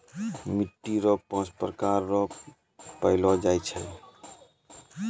मिट्टी रो पाँच प्रकार रो पैलो जाय छै